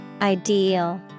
Ideal